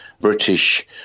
British